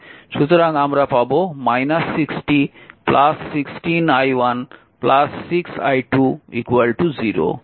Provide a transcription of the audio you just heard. সুতরাং আমরা পাব 60 16 i1 6 i2 0